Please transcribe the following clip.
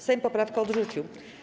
Sejm poprawkę odrzucił.